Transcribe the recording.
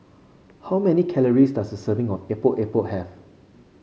how many calories does a serving of Epok Epok have